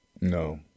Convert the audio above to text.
No